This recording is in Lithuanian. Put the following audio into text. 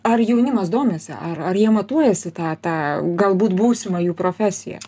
ar jaunimas domisi ar jie matuojasi tą tą galbūt būsimą jų profesiją